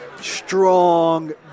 strong